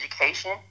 education